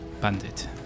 bandit